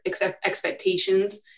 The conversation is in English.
expectations